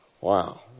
Wow